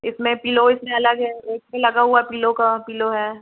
इसमें पिलो इसमें अलग है एक में लगा हुआ पिलो का पिलो है